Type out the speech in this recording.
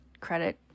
credit